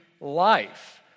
life